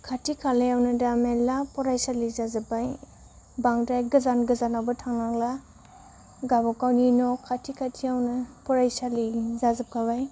खाथि खालायावनो दा मेल्ला फरायसालि जाजोब्बाय बांद्राय गोजान गोजानावबो थांनांला गावबागावनि न' खाथि खाथियावनो फरायसालि जाजोबखाबाय